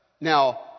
Now